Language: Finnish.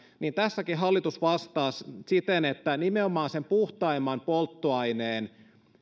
niin tässäkin hallitus vastaa siten että nimenomaan sen puhtaimman polttoaineen